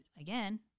again